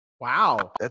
Wow